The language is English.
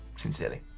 sincerely.